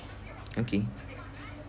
okay